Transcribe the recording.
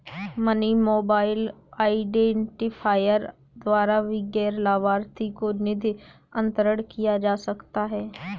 money mobile identifier द्वारा भी गैर लाभार्थी को निधि अंतरण किया जा सकता है